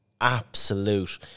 absolute